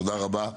תודה רבה.